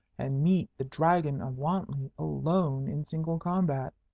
and meet the dragon of wantley alone in single combat.